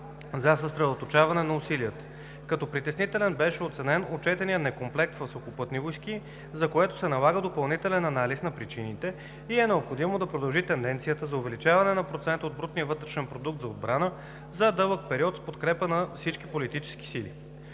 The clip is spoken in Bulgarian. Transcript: за съсредоточаване на усилията. Като притеснителен беше оценен отчетеният некомплект в Сухопътни войски, за което се налага допълнителен анализ на причините и е необходимо да продължи тенденцията на увеличаване на процента от брутния вътрешен продукт за отбрана за дълъг период с подкрепата на всички политически сили.